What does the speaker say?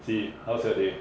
see how's your day